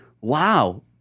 wow